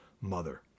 mother